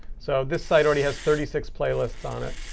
so this site already has thirty six playlists on it.